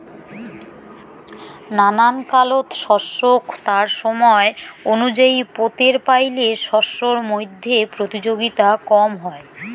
নানান কালত শস্যক তার সমায় অনুযায়ী পোতের পাইলে শস্যর মইধ্যে প্রতিযোগিতা কম হয়